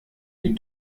die